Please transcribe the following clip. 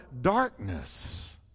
darkness